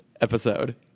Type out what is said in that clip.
episode